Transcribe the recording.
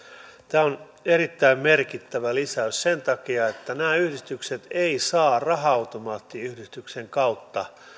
tämä on erittäin merkittävä lisäys sen takia että nämä yhdistykset eivät saa raha automaattiyhdistyksen kautta